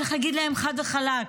צריך להגיד להם חד וחלק: